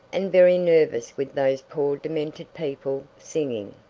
and very nervous with those poor demented people singing,